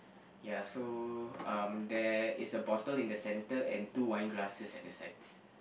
ya so um there is a bottle in the center and two wine glasses at the sides